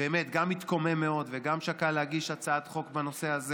באמת גם התקומם מאוד וגם שקל להגיש הצעת חוק בנושא הזה,